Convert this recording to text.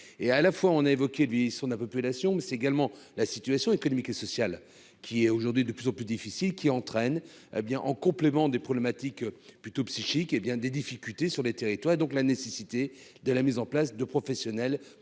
et à la fois on a évoqué lui sont de la population, mais c'est également la situation économique et sociale qui est aujourd'hui de plus en plus difficile qui entraîne bien en complément des problématiques plutôt psychique et bien des difficultés sur le territoire et donc la nécessité de la mise en place de professionnels pour